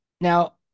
Now